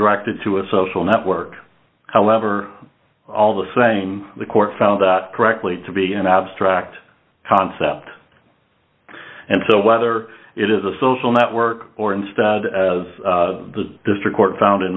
directed to a social network however all the same the court found that correctly to be an abstract concept and so whether it is a social network or instead as the district court found